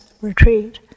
retreat